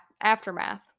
Aftermath